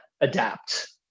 adapt